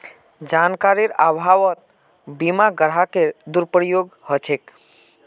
जानकारीर अभाउतो बीमा ग्राहकेर दुरुपयोग ह छेक